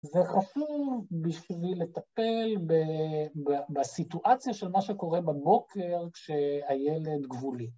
זה חשוב בשביל לטפל בסיטואציה של מה שקורה בבוקר כשהילד גבולי.